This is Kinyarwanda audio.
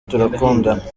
turakundana